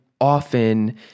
often